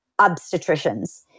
obstetricians